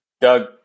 Doug